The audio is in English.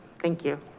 thank you.